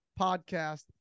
podcast